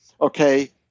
okay